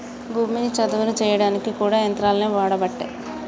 భూమిని చదును చేయడానికి కూడా యంత్రాలనే వాడబట్టే